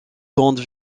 grande